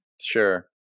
Sure